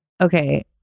Okay